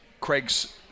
Craig's –